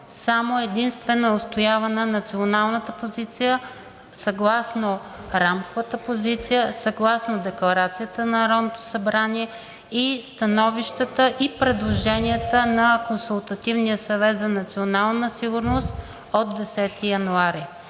само и единствено е отстоявана националната позиция съгласно рамковата позиция, съгласно Декларацията на Народното събрание и становищата и предложенията на Консултативния съвет за национална сигурност от 10 януари.